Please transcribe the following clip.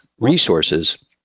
resources